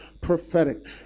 prophetic